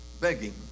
begging